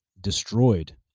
destroyed